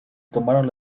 tomaron